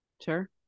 Sure